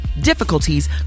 Difficulties